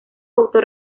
auto